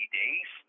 days